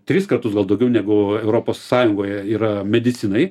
tris kartus gal daugiau negu europos sąjungoje yra medicinai